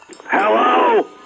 Hello